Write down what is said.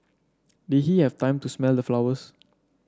did he have time to smell the flowers